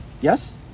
Yes